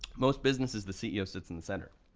most businesses, the ceo sits in the center,